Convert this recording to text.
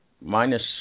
minus